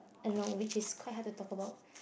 I know which is quite hard to talk about